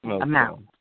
amount